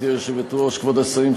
כבוד השרים,